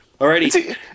Alrighty